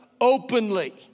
openly